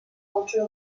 ultra